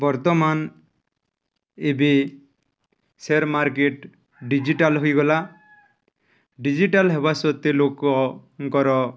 ବର୍ତ୍ତମାନ ଏବେ share market digital ହୋଇଗଲା ଡିଜିଟାଲ ହେବା ସତ୍ତ୍ୱେ ଲୋକଙ୍କର